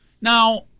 Now